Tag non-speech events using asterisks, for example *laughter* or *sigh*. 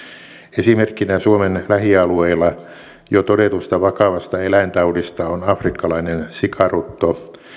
esimerkkinä suomen lähialueilla jo todetusta vakavasta eläintaudista on afrikkalainen sikarutto *unintelligible*